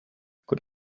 good